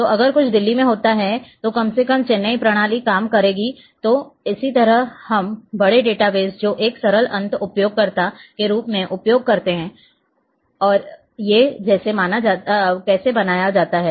तो अगर कुछ दिल्ली में होता है तो कम से कम चेन्नई प्रणाली काम करेगी तो इसी तरह हम बड़े डेटाबेस जो एक सरल अंत उपयोगकर्ता के रूप में उपयोग करते हैं और ये कैसे बनाया जाता है